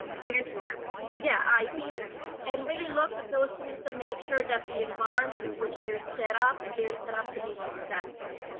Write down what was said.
handicaps. yeah ips, and and really looked at those students to make sure that the environment in which they're set up, they're set up to be successful.